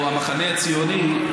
או המחנה הציוני,